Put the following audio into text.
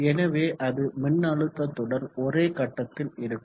எனவே அது மின்னழுத்தத்துடன் ஒரே கட்டத்தில் இருக்கும்